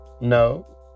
No